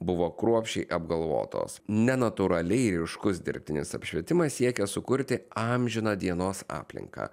buvo kruopščiai apgalvotos nenatūraliai ryškus dirbtinis apšvietimas siekia sukurti amžiną dienos aplinką